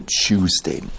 Tuesday